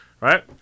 right